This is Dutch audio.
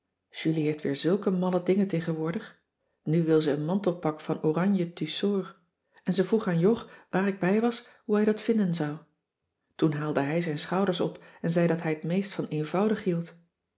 julie heeft weer zulke malle dingen tegenwoordig nu wil ze een mantelpak van oranje tussor en ze vroeg aan jog waar ik bij was hoe hij dat vinden zou toen haalde hij zijn schouders op en zei dat hij t meest van eenvoudig hield